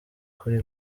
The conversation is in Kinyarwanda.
kuri